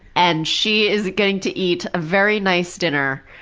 and she is going to eat a very nice dinner.